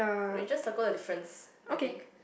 we just circle the difference I think